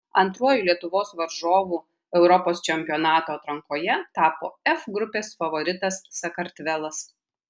antruoju lietuvos varžovu europos čempionato atrankoje tapo f grupės favoritas sakartvelas